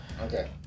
Okay